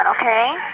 okay